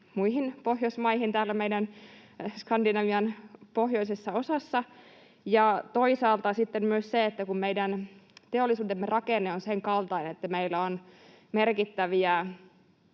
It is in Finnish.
muihin Pohjoismaihin täällä meidän Skandinavian pohjoisessa osassa, ja toisaalta sitten myös, kun meidän teollisuutemme rakenne on sen kaltainen, että meillä on merkittäviä